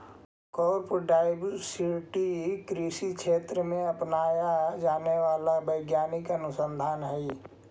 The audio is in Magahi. क्रॉप डायवर्सिटी कृषि के क्षेत्र में अपनाया जाने वाला वैज्ञानिक अनुसंधान हई